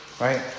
Right